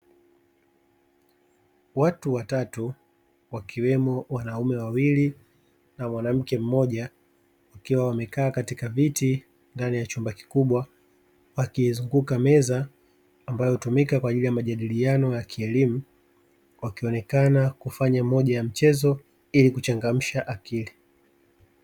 Watu watatu wakiwemo wanaume wawili na mwanamke mmoja wakiwa wamekaa katika viti ndani ya chumba kikubwa, wakiizunguka meza ambayo hutumika kwa ajili ya majadiliano ya kielimu wakionekana kufanya moja ya mchezo ili kuchangamsha akili.